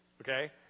okay